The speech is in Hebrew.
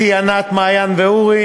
אתי, ענת, מעיין ואורי.